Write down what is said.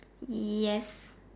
yes